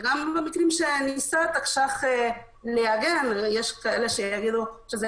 וגם במקרים שניסה התקש"ח להגן יש כאלה שיגידו שזה